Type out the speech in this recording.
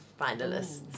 finalists